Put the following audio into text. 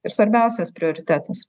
ir svarbiausias prioritetas